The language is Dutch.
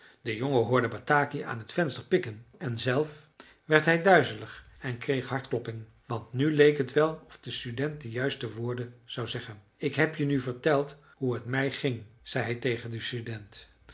de jongen hoorde bataki aan het venster pikken en zelf werd hij duizelig en kreeg hartklopping want nu leek het wel of de student de juiste woorden zou zeggen ik heb je nu verteld hoe t mij ging zei hij tegen den student